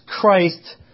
Christ